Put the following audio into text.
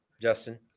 Justin